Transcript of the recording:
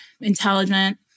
intelligent